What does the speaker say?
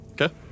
Okay